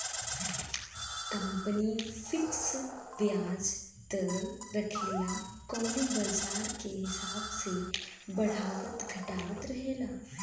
company fix बियाज दर रखेला कउनो बाजार के हिसाब से बढ़ावत घटावत रहेला